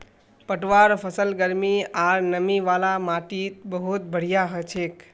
पटवार फसल गर्मी आर नमी वाला माटीत बहुत बढ़िया हछेक